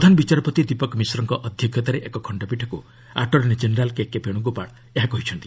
ପ୍ରଧାନ ବିଚାରପତି ଦୀପକ୍ ମିଶ୍ରଙ୍କ ଅଧ୍ୟକ୍ଷତାରେ ଏକ ଖଣ୍ଡପୀଠକୁ ଆଟର୍ଷ୍ଣ କେନେରାଲ୍ କେକେ ବେଣୁଗୋପାଳ ଏହା କହିଛନ୍ତି